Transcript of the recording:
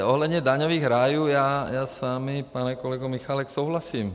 Ohledně daňových rájů, já s vámi, pane kolego Michálku, souhlasím.